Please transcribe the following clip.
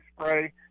spray